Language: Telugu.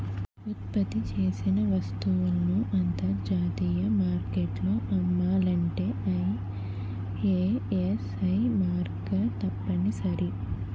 ఉత్పత్తి చేసిన వస్తువులను అంతర్జాతీయ మార్కెట్లో అమ్మాలంటే ఐఎస్ఐ మార్కు తప్పనిసరి